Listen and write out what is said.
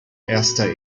erster